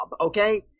okay